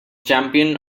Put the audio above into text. champion